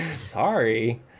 Sorry